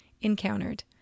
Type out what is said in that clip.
encountered